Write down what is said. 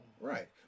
Right